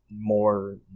more